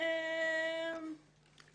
עבודת